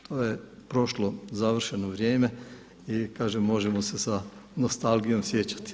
To je prošlo završeno vrijeme i kažem možemo se sa nostalgijom sjećati.